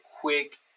quick